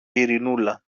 ειρηνούλα